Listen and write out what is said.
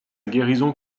guérison